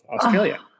Australia